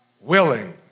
willing